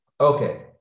Okay